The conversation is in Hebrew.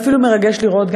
ואפילו מרגש לראות,